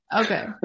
Okay